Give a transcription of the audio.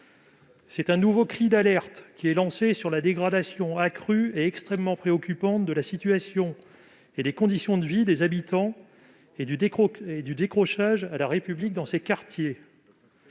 C'est un nouveau cri d'alerte qui était lancé sur la dégradation accrue et extrêmement préoccupante de la situation et des conditions de vie des habitants et du décrochage vis-à-vis de la République dans ces quartiers.